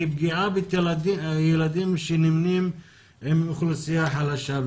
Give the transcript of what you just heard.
היא פגיעה בילדים שנמנים על אוכלוסייה חלשה?